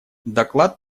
доклад